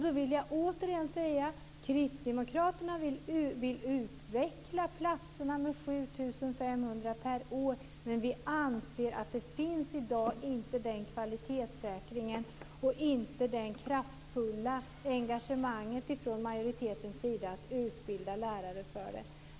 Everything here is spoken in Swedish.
Då vill jag återigen säga: Kristdemokraterna vill utvidga antalet platser med 7 500 per år, men vi anser att det i dag inte finns den kvalitetssäkringen och det kraftfulla engagemanget från majoritetens sida att utbilda lärare för detta.